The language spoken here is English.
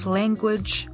language